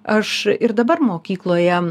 aš ir dabar mokykloje